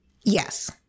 Yes